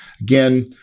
again